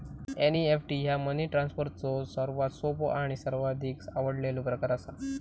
NEFT ह्या money ट्रान्सफरचो सर्वात सोपो आणि सर्वाधिक आवडलेलो प्रकार असा